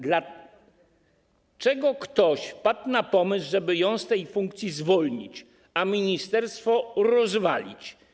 Dlaczego ktoś wpadł na pomysł, żeby ją z tej funkcji zwolnić, a ministerstwo rozwalić?